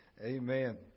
amen